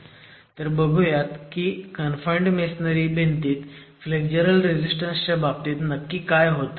तर बघुयात की कन्फाईंड मेसोनारी भिंतीत फ्लेग्जरल रेझीस्टन्स च्या बाबतीत नक्की काय होतं